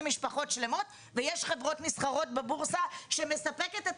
משפחות שלמות ויש חברות נסחרות בבורסה שמספקת את